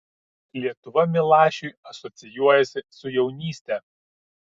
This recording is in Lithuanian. lietuva milašiui asocijuojasi su jaunyste